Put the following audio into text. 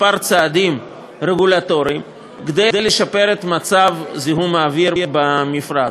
כמה צעדים רגולטוריים כדי לשפר את מצב זיהום האוויר במפרץ.